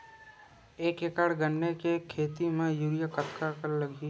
एक एकड़ गन्ने के खेती म यूरिया कतका लगही?